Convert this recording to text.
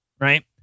right